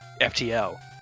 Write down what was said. FTL